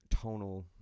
tonal